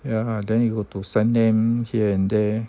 ya then you got to send them here and there